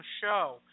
show